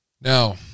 Now